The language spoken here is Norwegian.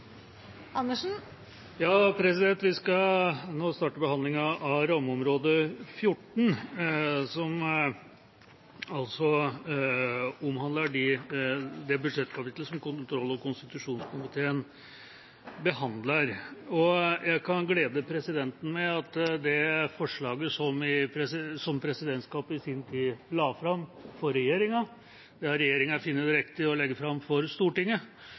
kl. 16. Vi skal nå starte behandlingen av rammeområde 14, som omhandler de budsjettkapitler som kontroll- og konstitusjonskomiteen behandler. Jeg kan glede presidenten med at det forslaget som presidentskapet i sin tid la fram for regjeringa, har regjeringa funnet det riktig å legge fram for Stortinget,